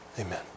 Amen